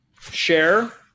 share